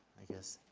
i guess